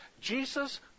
Jesus